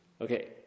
Okay